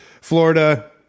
Florida